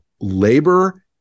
labor